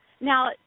Now